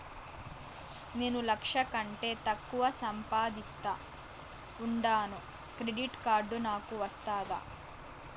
నేను లక్ష కంటే తక్కువ సంపాదిస్తా ఉండాను క్రెడిట్ కార్డు నాకు వస్తాదా